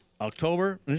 october